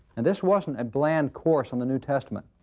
and this wasn't a bland course in the new testament.